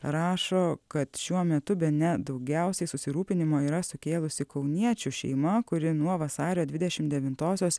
rašo kad šiuo metu bene daugiausiai susirūpinimo yra sukėlusi kauniečių šeima kuri nuo vasario dvidešimt devintosios